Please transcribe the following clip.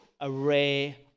array